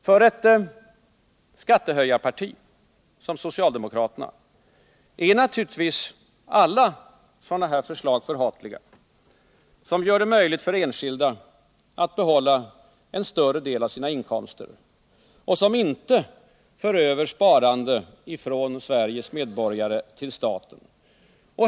För ett skattehöjarparti som socialdemokraterna är naturligtvis alla sådana förslag förhatliga som gör det möjligt för enskilda att behålla en större del av sina inkomster och som inte för över sparande från Sveriges medborgare till staten.